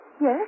Yes